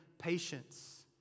Patience